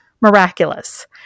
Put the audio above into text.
miraculous